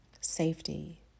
safety